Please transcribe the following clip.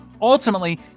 Ultimately